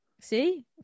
see